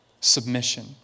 submission